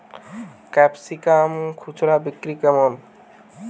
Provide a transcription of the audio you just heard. Capsicum খুচরা বিক্রি কেমন?